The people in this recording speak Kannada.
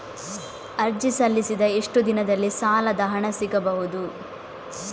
ಅರ್ಜಿ ಸಲ್ಲಿಸಿದ ಎಷ್ಟು ದಿನದಲ್ಲಿ ಸಾಲದ ಹಣ ಸಿಗಬಹುದು?